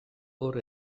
hor